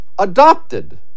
Adopted